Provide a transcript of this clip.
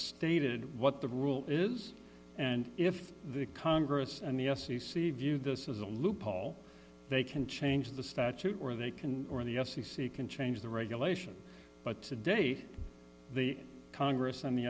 stated what the rule is and if the congress and the f c c view this as a loophole they can change the statute or they can or the f c c can change the regulation but today the congress and the